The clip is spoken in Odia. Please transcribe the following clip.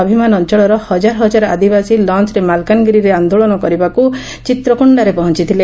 ଭିମାନ ଅଂଚଳର ହକାର ହଜାର ଆଦିବାସୀ ଲଂଚରେ ମାଲକାନଗିରିରେ ଆନ୍ଦୋନଳ କରିବାକୁ ଚିତ୍ରକୋଶ୍ଡାରେ ପହଂଚିଥିଲେ